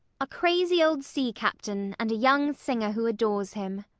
a crazy old sea captain and a young singer who adores him.